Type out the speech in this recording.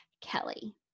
Kelly